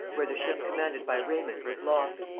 where the ship commanded by raymond was lost.